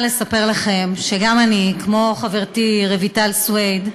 לכם שגם אני, כמו חברתי רויטל סויד,